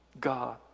God